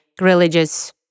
religious